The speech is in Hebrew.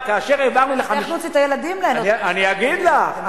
איך נוציא את הילדים, אני אגיד לך.